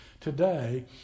today